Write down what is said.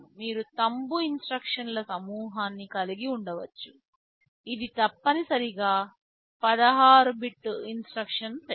మీరు తంబు ఇన్స్ట్రక్షన్ల సమూహాన్ని కలిగి ఉండవచ్చు ఇది తప్పనిసరిగా 16 బిట్ ఇన్స్ట్రక్షన్ సెట్